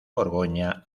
borgoña